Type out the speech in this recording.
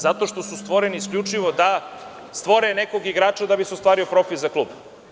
Zato što su stvoreni isključivo da stvore nekog igrača da bi se ostvario profit za klub.